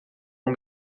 uma